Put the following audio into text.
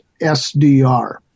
SDR